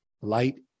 light